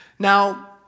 Now